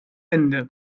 ende